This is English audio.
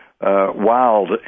wild